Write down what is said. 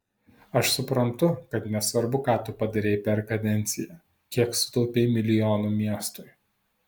aš suprantu kad nesvarbu ką tu padarei per kadenciją kiek sutaupei milijonų miestui